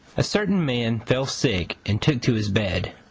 a certain man fell sick and took to his bed.